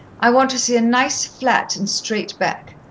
i want to see a nice flat, and straight back.